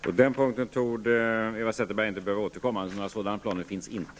Fru talman! På den punkten torde inte Eva Zetterberg behöva återkomma. Några sådana planer finns inte.